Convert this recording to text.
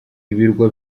ibirwa